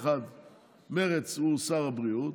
מרצ הוא שר הבריאות,